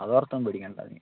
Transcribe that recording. അതോർത്തൊന്നും പേടിക്കണ്ട നീ